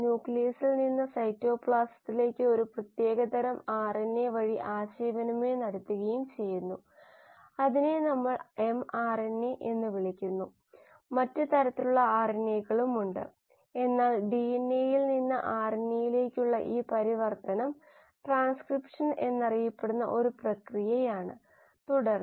പ്രമേഹത്തെ ചികിത്സിക്കുന്നതിനുള്ള മരുന്നായ ഇൻസുലിൻ ബയോറിയാക്ടറുകൾ വഴിയാണ് നിർമ്മിക്കുന്നത് തൈര് പോലും ബയോറിയാക്ടറുകൾ വഴിയാണ് നിർമ്മിക്കുന്നത് വീട്ടിലെ ഒരു ലളിതമായ ബയോ റിയാക്ടർ